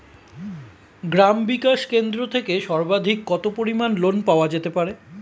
গ্রাম বিকাশ কেন্দ্র থেকে সর্বাধিক কত পরিমান লোন পাওয়া যেতে পারে?